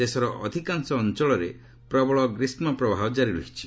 ଦେଶର ଅଧିକାଂଶ ଅଞ୍ଚଳରେ ପ୍ରବଳ ଗ୍ରୀଷ୍ମ ପ୍ରବାହ ଜାରି ରହିଛି